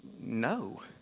no